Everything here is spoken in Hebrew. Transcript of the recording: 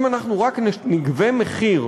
אם אנחנו רק נגבה מחיר,